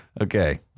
Okay